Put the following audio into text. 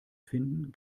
finden